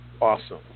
Awesome